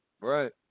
Right